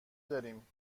داریم